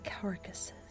carcasses